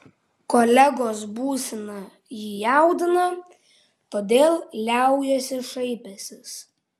kolegos būsena jį jaudina todėl liaujuosi šaipęsis